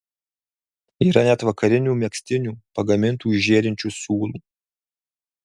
yra net vakarinių megztinių pagamintų iš žėrinčių siūlų